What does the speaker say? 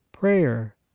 Prayer